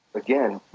again,